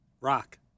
Rock